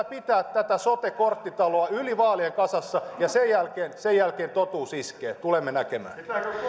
pitää tätä sote korttitaloa yli vaalien kasassa ja sen jälkeen sen jälkeen totuus iskee tulemme näkemään